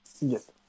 Yes